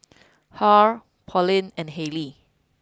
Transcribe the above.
Harl Pauline and Hayley